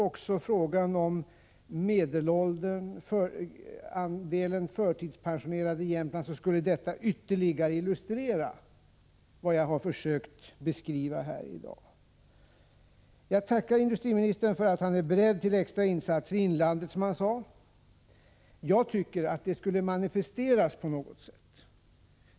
Också frågorna om medelåldern och andelen förtidspensionerade i Jämtland illustrerar ytterligare vad jag har försökt beskriva här i dag. Jag tackar industriministern för att han är beredd till extra insatser i inlandet, som han sade. Jag tycker att detta skulle manifesteras på något sätt.